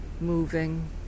moving